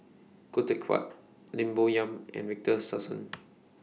Khoo Teck Puat Lim Bo Yam and Victor Sassoon